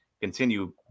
continue